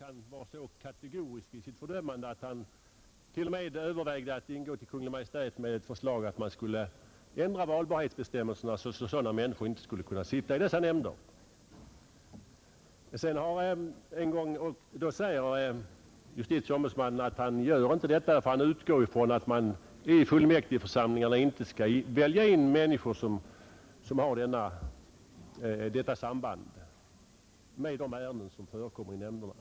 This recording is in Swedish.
Han var så kategorisk i sitt fördömande att han t.o.m. övervägde att ingå till Kungl. Maj:t med ett förslag om att ändra valbarhetsbestämmelserna så, att människor med sådana ekonomiska intressen inte skulle kunna väljas in i byggnadsoch fastighetsnämnder. Det gjorde han emellertid inte, därför att han förutsatte att fullmäktigeförsamlingarna inte i dessa nämnder skulle välja in människor som har detta samband med de ärenden som behandlas i nämnderna.